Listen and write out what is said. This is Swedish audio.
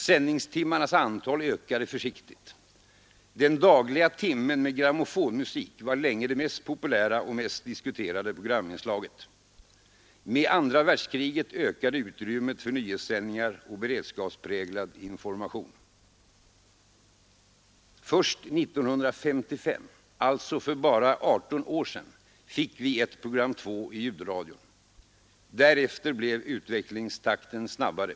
Sändningstimmarnas antal ökade mycket försiktigt. Den dagliga timmen med grammofonmusik var länge det mest populära och mest diskuterade programinslaget. Med andra världskriget ökade utrymmet för nyhetssändningar och beredskaps Först 1955 — alltså för blott 18 år sedan — fick vi ett program 2 i ljudradion. Därefter blev utvecklingstakten snabbare.